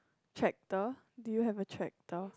tractor do you have a tractor